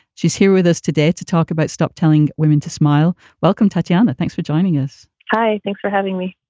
she's here with us today to talk about stop telling women to smile. welcome, tatiana. thanks for joining us. hi. thanks for having me.